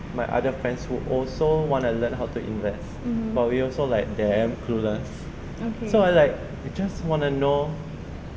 my other friends who also want to learn how to invest but we also like them clueless so I like I just want to know